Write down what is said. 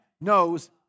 Knows